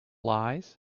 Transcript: lies